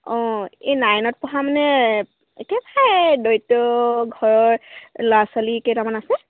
অঁ এই নাইনত পঢ়া মানে একেবাৰে দৰিদ্ৰ ঘৰৰ ল'ৰা ছোৱালীকেইটামান আছে